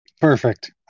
Perfect